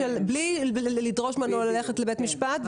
בלי לדרוש ממנו ללכת לבית משפט.